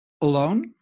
alone